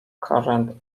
current